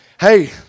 hey